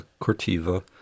Cortiva